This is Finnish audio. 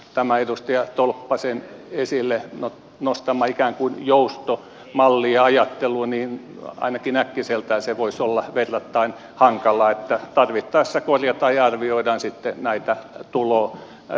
tämä edustaja tolppasen esille nostama ikään kuin joustomalliajattelu ainakin äkkiseltään se voisi olla verrattain hankala että tarvittaessa korjataan ja arvioidaan sitten näitä tulorajoja